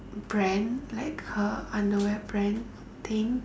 brand like her underwear brand thing